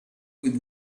with